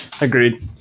Agreed